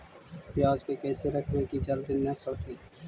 पयाज के कैसे रखबै कि जल्दी न सड़तै?